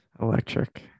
Electric